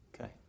Okay